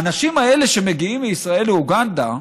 האנשים האלה שמגיעים מישראל לאוגנדה,